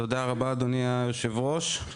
תודה רבה אדוני היושב ראש.